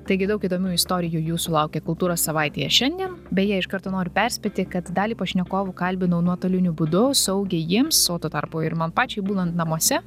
taigi daug įdomių istorijų jūsų laukia kultūros savaitėje šiandien beje iš karto noriu perspėti kad dalį pašnekovų kalbinau nuotoliniu būdu saugiai jiems o tuo tarpu ir man pačiai būnant namuose